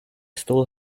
still